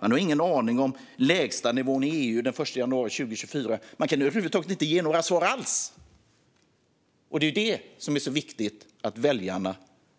Man har ingen aning om lägstanivån i EU den 1 januari 2024. Man kan över huvud taget inte ge några svar alls. Det är det som är så viktigt att väljarna